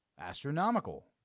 astronomical